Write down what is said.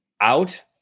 out